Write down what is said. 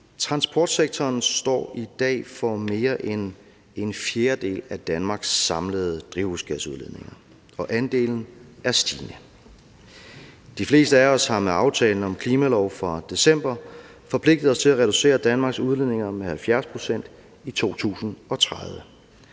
Transportsektoren står i dag for mere end en fjerdedel af Danmarks samlede drivhusgasudledninger, og andelen er stigende. De fleste af os har med aftalen om klimalov fra december forpligtet os til at reducere Danmarks udledninger med 70 pct. i 2030.